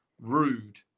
rude